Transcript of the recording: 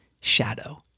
shadow